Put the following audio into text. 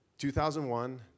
2001